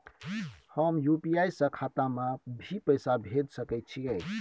हम यु.पी.आई से खाता में भी पैसा भेज सके छियै?